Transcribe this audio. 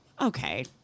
Okay